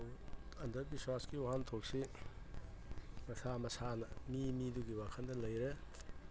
ꯑꯗꯨꯕꯨ ꯑꯟꯗꯕꯤꯁ꯭ꯋꯥꯁꯀꯤ ꯋꯥꯍꯟꯊꯣꯛꯁꯤ ꯃꯁꯥ ꯃꯁꯥꯅ ꯃꯤ ꯃꯤꯗꯨꯒꯤ ꯋꯥꯈꯟꯗ ꯂꯩꯔꯦ